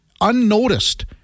Unnoticed